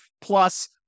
Plus